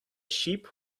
sheep